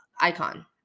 Icon